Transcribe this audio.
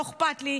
לא אכפת לי,